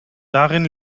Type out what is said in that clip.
darin